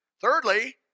Thirdly